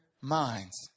minds